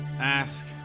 Ask